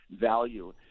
value